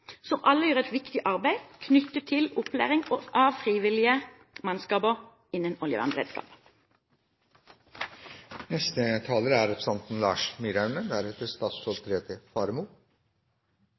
som alle gjør et viktig arbeid knyttet til opplæring av frivillige mannskaper innen oljevernberedskap. Den innstillingen vi behandler i dag, er